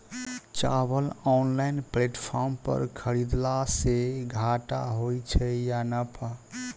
चावल online platform पर खरीदलासे घाटा होइ छै या नफा?